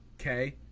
Okay